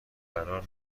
قرار